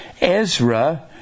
Ezra